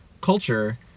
culture